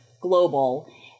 global